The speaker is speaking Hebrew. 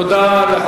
תודה רבה לך.